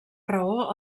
raó